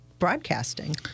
Broadcasting